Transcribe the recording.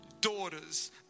daughters